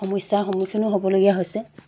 সমস্যাৰ সন্মুখীনো হ'বলগীয়া হৈছে